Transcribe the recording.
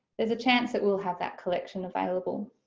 there's a chance that we'll have that collection available.